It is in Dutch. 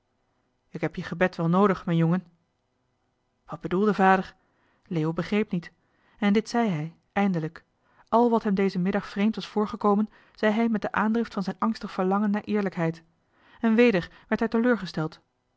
ik heb je gebed wel noodig mijn jongen wat bedoelde vader leo begreep niet en dit zei hij eindelijk al wat hem dezen middag vreemd was voorgekomen zei hij met de aandrift van zijn angstig verlangen naar eerlijkheid en weder werd hij teleurgesteld